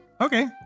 Okay